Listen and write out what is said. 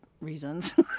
reasons